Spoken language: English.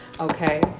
okay